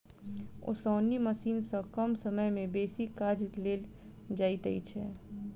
ओसौनी मशीन सॅ कम समय मे बेसी काज लेल जाइत छै